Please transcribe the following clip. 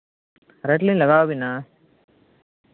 rate ᱞᱤᱧ ᱞᱟᱜᱟᱣ ᱟᱵᱮᱱᱟ